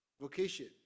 vocation